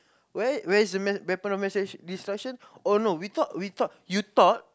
where where is mass weapon of mass destruction oh no we thought we thought you thought